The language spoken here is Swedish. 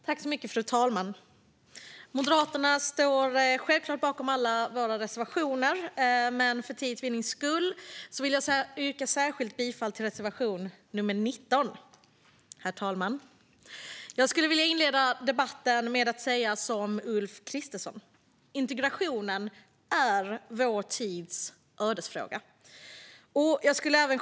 Fru talman! Vi i Moderaterna står självklart bakom alla våra reservationer, men för tids vinnande yrkar jag bifall endast till reservation nr 19. Herr talman! Jag vill inleda debatten med ett uttalande av Ulf Kristersson: Integrationen är vår tids ödesfråga.